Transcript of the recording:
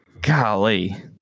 golly